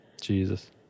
Jesus